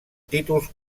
títols